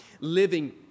living